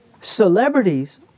celebrities